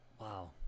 Wow